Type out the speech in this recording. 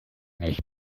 nicht